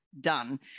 done